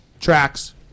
tracks